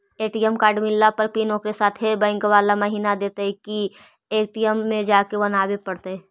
ATM card मिलला पर PIN ओकरे साथे बैक बाला महिना देतै कि ए.टी.एम में जाके बना बे पड़तै?